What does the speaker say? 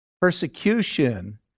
Persecution